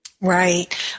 Right